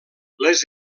les